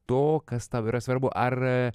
to kas tau yra svarbu ar